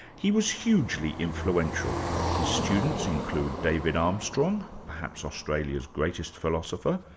he was hugely influential. his students include david armstrong, perhaps australia's greatest philosopher,